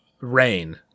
rain